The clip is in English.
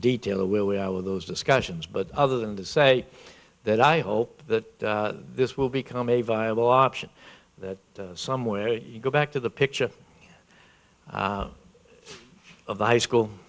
detail of where we are with those discussions but other than to say that i hope that this will become a viable option that somewhere you go back to the picture of the high school